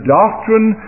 doctrine